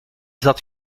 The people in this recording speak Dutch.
zat